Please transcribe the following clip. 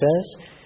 says